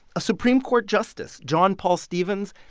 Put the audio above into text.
a supreme court justice, john paul stevens,